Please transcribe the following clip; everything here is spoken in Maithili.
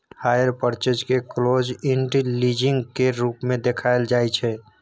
हायर पर्चेज केँ क्लोज इण्ड लीजिंग केर रूप मे देखाएल जाइ छै